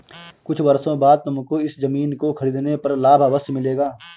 कुछ वर्षों बाद तुमको इस ज़मीन को खरीदने पर लाभ अवश्य मिलेगा